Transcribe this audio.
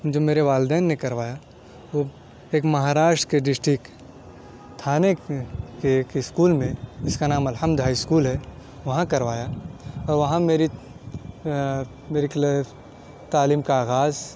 جو میرے والدین نے کروایا وہ ایک مہاراشٹر کے ڈسٹرکٹ تھانے کے ایک اسکول میں جس کا نام الحمد ہائی اسکول ہے وہاں کروایا اور وہاں میری میری تعلیم کا آغاز